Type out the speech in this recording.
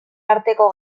arteko